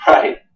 Right